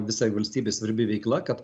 visai valstybei svarbi veikla kad